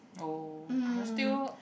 oh but still